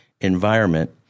environment